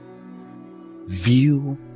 view